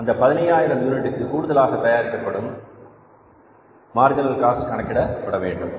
அந்த 15000 யூனிட்டுக்கு கூடுதலாக தயாரிக்கப்படும் 15000 யூனிட்டுக்கு மார்ஜினல் காஸ்ட் கணக்கிடப்பட வேண்டும்